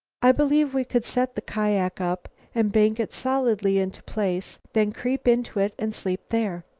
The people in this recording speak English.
i believe we could set the kiak up and bank it solidly into place, then creep into it and sleep there.